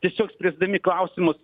tiesiog spręsdami klausimus